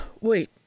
Wait